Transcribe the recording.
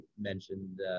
mentioned